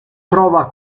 trova